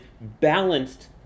balanced